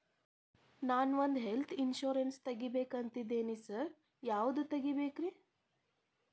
ನಾನ್ ಒಂದ್ health insurance ತಗಬೇಕಂತಿದೇನಿ sir ಯಾವದ ತಗಬೇಕ್ರಿ?